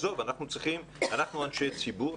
אנחנו אנשי ציבור,